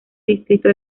distrito